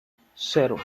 cero